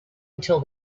until